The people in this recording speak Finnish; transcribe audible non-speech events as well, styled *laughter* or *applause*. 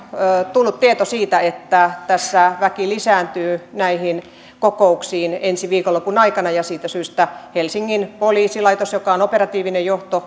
tullut tieto siitä että väki lisääntyy näihin kokouksiin ensi viikonlopun aikana ja siitä syystä helsingin poliisilaitos joka on operatiivinen johto *unintelligible*